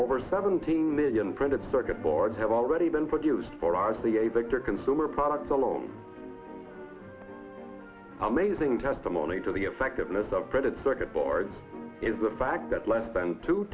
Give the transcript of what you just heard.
over seventeen million printed circuit boards have already been produced for r c a victor consumer products alone amazing testimony to the effectiveness of printed circuit boards is the fact that less than two